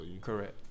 Correct